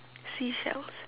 seashells